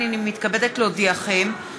הנני מתכבדת להודיעכם,